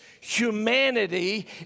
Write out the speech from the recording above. humanity